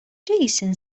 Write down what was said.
jason